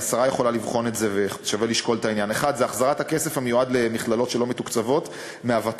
השרה יכולה לבחון את זה ושווה לשקול את העניין: 1. החזרת הכסף המיועד למכללות שלא מתוקצבות מהוות"ת,